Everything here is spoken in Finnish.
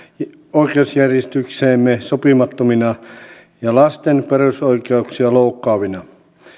oikeusjärjestykseemme sopimattomina ja lasten perusoikeuksia loukkaavina